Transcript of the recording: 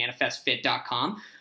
manifestfit.com